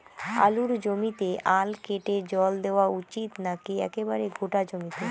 আলুর জমিতে আল কেটে জল দেওয়া উচিৎ নাকি একেবারে গোটা জমিতে?